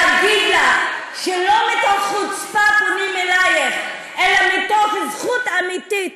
להגיד לך שלא מתוך חוצפה פונים אליך אלא מתוך זכות אמיתית.